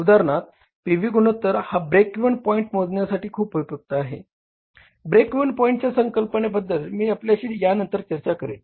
उदाहरणार्थ P V गुणोत्तर हा ब्रेक इव्हन पॉईंट मोजण्यासाठी खूप उपयुक्त आहे ब्रेक इव्हन पॉईंटच्या संकल्पने बद्दल मी आपल्याशी या नंतर चर्चा करेन